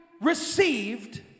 received